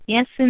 Yes